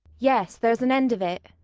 yes, there's an end of it.